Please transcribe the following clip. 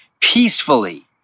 peacefully